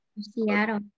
Seattle